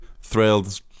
thrilled